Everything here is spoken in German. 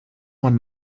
man